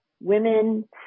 women